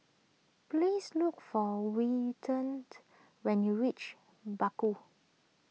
please look for Wilton when you reach Bakau